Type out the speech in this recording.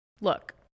look